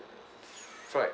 fried